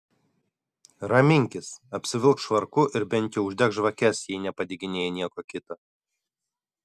raminkis apsivilk švarku ir bent jau uždek žvakes jei nepadeginėji nieko kita